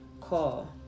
call